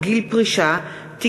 הצעת חוק גיל פרישה (תיקון,